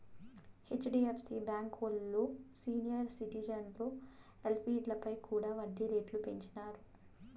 HDFC బాంకీ ఓల్లు senior సిటిజన్ల ఎఫ్డీలపై కూడా ఒడ్డీ రేట్లు పెంచినారు